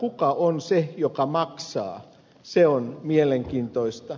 kuka on se joka maksaa se on mielenkiintoista